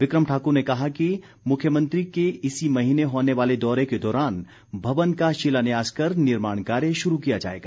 बिक्रम ठाक्र ने बताया कि मुख्यमंत्री के इसी महीने होने वाले दौरे के दौरान भवन का शिलान्यास कर निर्माण कार्य शुरू किया जाएगा